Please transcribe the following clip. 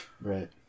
right